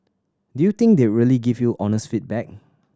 do you think they really give you honest feedback